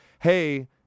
hey